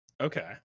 Okay